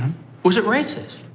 was it racist?